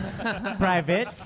Private